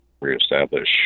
reestablish